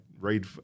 read